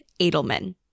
Edelman